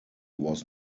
was